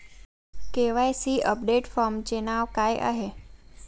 KYC update फॉर्मचे नाव काय आहे?